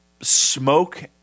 smoke